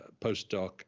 postdoc